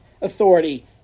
authority